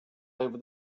over